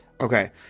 Okay